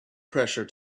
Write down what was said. pressure